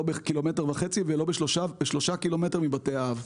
לא בקילומטר וחצי ולא ב-3 קילומטרים מבתי אב.